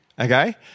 okay